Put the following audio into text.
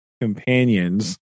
companions